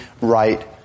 right